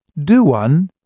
do one,